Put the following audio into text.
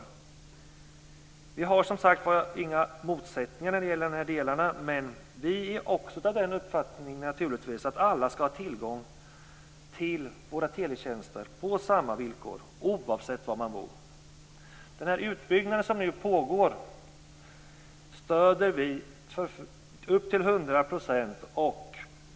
Det finns inte, som sagt var, några motsättningar i de här delarna, och vi har naturligtvis också den uppfattningen att alla skall ha tillgång till teletjänster på samma villkor oavsett var man bor. Den utbyggnad som nu pågår stöder vi till hundra procent.